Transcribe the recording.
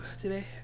today